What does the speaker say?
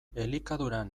elikaduran